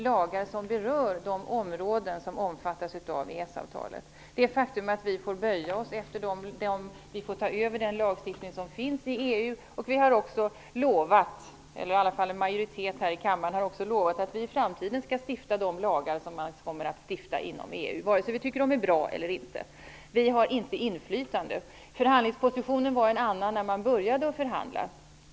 Lagar som berör de områden som omfattas av EES-avtalet kunde vi i denna församling, den svenska riksdagen, inte stifta. Det är ett faktum att vi får ta över den lagstiftning som finns i EU. En majoritet i denna kammare har också lovat att Sveriges riksdag i fortsättningen skall stifta de lagar som man kommer att stifta inom EU -- vare sig vi tycker att de är bra eller inte. Vi har inget inflytande. Förhandlingspositionen var en annan när man började förhandla.